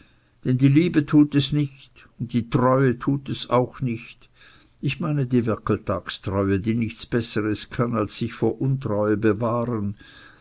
denn die liebe tut es nicht und die treue tut es auch nicht ich meine die werkeltagstreue die nichts besseres kann als sich vor untreue bewahren